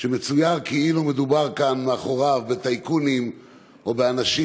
שמצויר כאילו מדובר כאן בטייקונים או באנשים